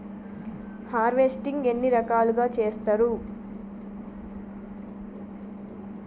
Harvesting ఎన్ని రకాలుగా చేస్తరు?